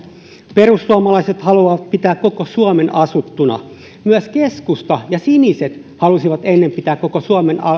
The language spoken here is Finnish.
perussuomalaiset haluavat pitää koko suomen asuttuna myös keskusta ja siniset halusivat ennen pitää koko suomen